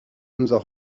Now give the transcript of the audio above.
unser